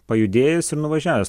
pajudėjęs ir nuvažiavęs